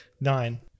Nine